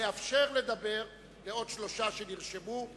אאפשר לדבר לעוד שלושה שנרשמו: